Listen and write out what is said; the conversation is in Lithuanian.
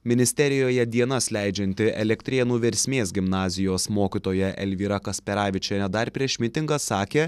ministerijoje dienas leidžianti elektrėnų versmės gimnazijos mokytoja elvyra kasperavičienė dar prieš mitingą sakė